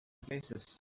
places